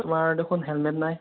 তোমাৰ দেখোন হেলমেট নাই